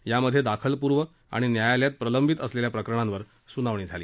यामध्ये दाखलपूर्व आणि न्यायालयात प्रलंबित असलेल्या प्रकरणांवर सूनावणी झाली